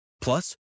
Plus